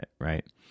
right